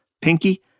Pinky